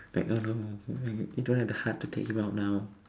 like no you don't have the hear to take him out now